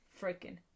freaking